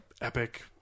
epic